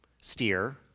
steer